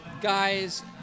guys